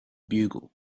bugle